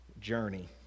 journey